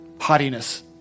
haughtiness